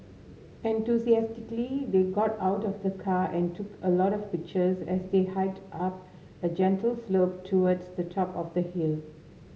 enthusiastically they got out of the car and took a lot of pictures as they hiked up a gentle slope towards the top of the hill